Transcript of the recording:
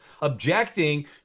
objecting